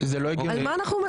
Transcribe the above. למה?